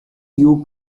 you